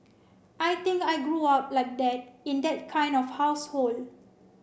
I think I grew up like that in that kind of household